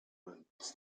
moments